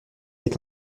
est